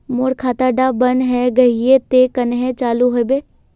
मोर खाता डा बन है गहिये ते कन्हे चालू हैबे?